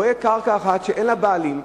רואה קרקע אחת שאין לה בעלים,